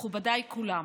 מכובדיי כולם,